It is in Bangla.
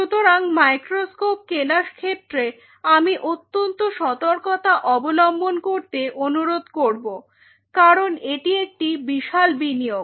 সুতরাং মাইক্রোস্কোপ কেনার ক্ষেত্রে আমি অত্যন্ত সর্তকতা অবলম্বন করতে অনুরোধ করব কারণ এটি একটি বিশাল বিনিয়োগ